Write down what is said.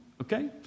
Okay